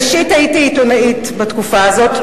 ראשית, הייתי עיתונאית בתקופה הזאת.